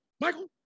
Michael